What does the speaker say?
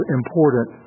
important